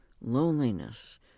loneliness